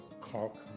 cork